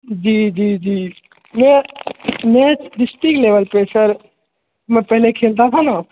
जी जी जी match match district level पर सर मैं पहले खेलता था ना